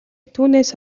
түүнээс